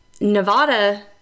Nevada